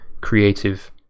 creative